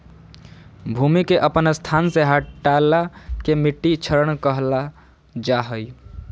भूमि के अपन स्थान से हटला के मिट्टी क्षरण कहल जा हइ